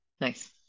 Nice